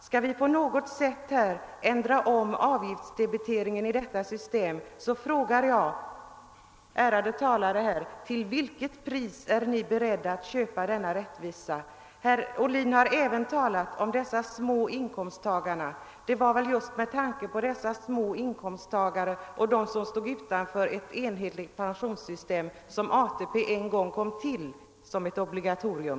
Skall vi på något sätt ändra avgiftsdebiteringen i detta system, så frågar jag de ärade talarna: Till vilket pris är ni beredda att köpa denna rättvisa? Herr Ohlin har även talat om dessa små inkomsttagare. Ja, det var just med tanke på de små inkomsttagarna och dem som stod utanför ett enhetligt pensionssystem som ATP en gång kom till såsom ett obligatorium.